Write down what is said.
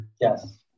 yes